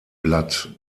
blatt